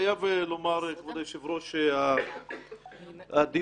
חייב לומר, כבוד היושב-ראש, שהדיון,